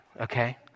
okay